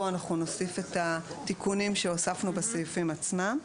נוסיף את התיקונים שהוספנו בסעיפים עצמם.